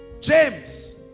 James